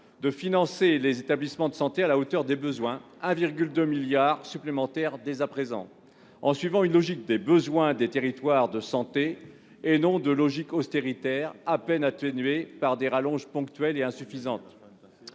de financer les établissements de santé à la hauteur des besoins, soit 1,2 milliard d'euros supplémentaire dès maintenant, en suivant une logique des besoins des territoires de santé et non une logique austéritaire à peine atténuée par des rallonges ponctuelles et insuffisantes.